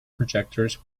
projectors